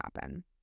happen